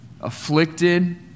afflicted